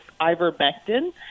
ivermectin